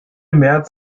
märz